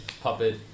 puppet